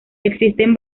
existen